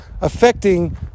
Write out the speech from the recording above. affecting